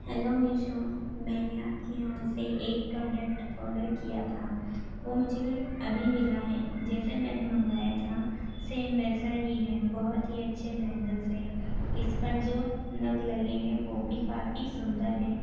hello Meesho میں نے آپ کے یہاں سے ایک پروڈکٹ آڈر کیا تھا وہ مجھے ابھی ملا ہے جیسا میں نے منگایا تھا سیم ویسا ہی ہے بہت ہی اچّّھے بینگلس ہے اس پر جو نگ لگے ہیں وہ بھی کافی سندر ہیں